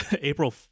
april